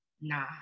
nah